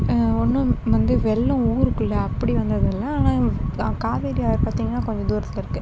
ஒன்றும் வந்து வெள்ளம் ஊருக்குள்ள அப்படி வந்ததில்லை ஆனால் காவேரி ஆறு பார்த்திங்கனா கொஞ்சதூரத்தில் இருக்குது